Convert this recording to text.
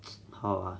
how ah